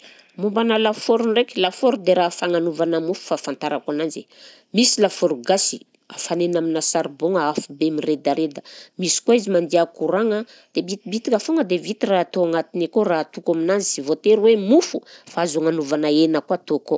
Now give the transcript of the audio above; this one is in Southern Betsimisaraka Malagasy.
Mombanà lafaoro ndraiky, lafaoro dia raha fagnanovana mofo fahafantarako ananjy, misy lafaoro gasy, hafanaina aminà saribaogna afobe miredareda, misy koa izy mandeha koragna, dia bitibitika foagna dia vita raha atao agnatiny akao, raha atoko aminazy sy voatery hoe mofo fa azo agnanovana hena koa atao akao.